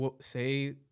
say